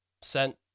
sent